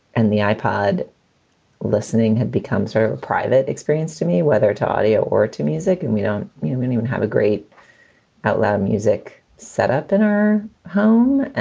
and the ipod listening had become her private experience to me, whether to audio or to music, and we don't um and even have a great outlet music setup in our home